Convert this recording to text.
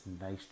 nice